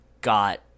got